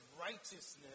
righteousness